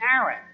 Aaron